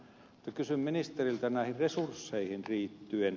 kysyn ministeriltä näihin resursseihin liittyen